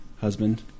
husband